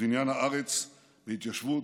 בבניין הארץ, בהתיישבות,